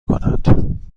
کنند